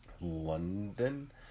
london